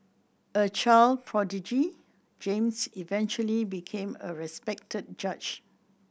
a child prodigy James eventually became a respected judge